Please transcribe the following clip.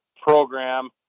program